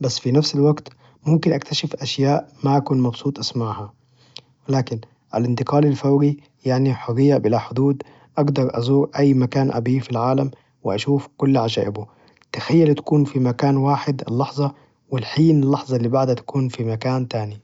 بس في نفس الوقت ممكن أكتشف أشياء ما أكون مبسوط أسمعها، ولكن الإنتقال الفوري يعني حرية بلا حدود، أقدر أزور أي مكان أبي في العالم، وأشوف كل عجائبه تخيل تكون في مكان واحد اللحظة والحين اللحظة إللي بعدها تكون في مكان تاني!.